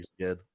again